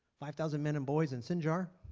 five-thousand men and boys in sinjar